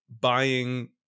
buying